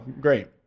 Great